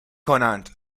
کنند